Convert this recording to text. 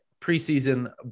preseason